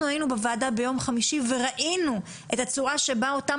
אנחנו היינו בוועדה ביום חמישי וראינו את הצורה שבה אותן